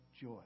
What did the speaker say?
joy